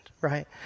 right